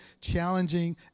challenging